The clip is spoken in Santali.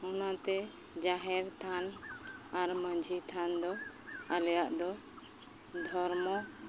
ᱚᱱᱟᱛᱮ ᱡᱟᱦᱮᱨ ᱛᱷᱟᱱ ᱟᱨ ᱢᱟᱺᱡᱷᱤ ᱛᱷᱟᱱ ᱫᱚ ᱟᱞᱮᱭᱟᱜ ᱫᱚ ᱫᱷᱚᱨᱢᱚ